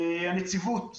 הנציבות,